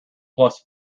plus